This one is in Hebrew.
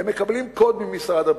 הם מקבלים קוד ממשרד הבריאות.